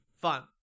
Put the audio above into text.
fun